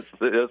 yes